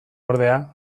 ordea